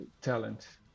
talent